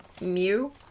Mew